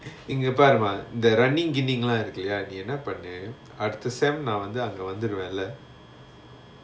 இங்க பாருமா:inga paarumaa the running gaining lah இருக்குலயா நீ என்ன பண்ணு அடுத்த:irukulayaa nee enna pannu adutha semester நா வந்து அங்க வந்துருவேன்ல:naa vanthu anga vanthuruvaenla